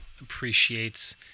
appreciates